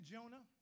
Jonah